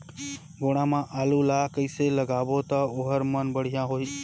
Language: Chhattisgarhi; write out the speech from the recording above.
गोडा मा आलू ला कइसे लगाबो ता ओहार मान बेडिया होही?